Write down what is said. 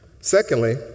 Secondly